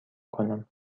کنم